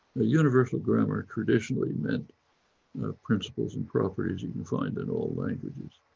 a universal grammar traditionally meant principles and properties, you can find it all languages.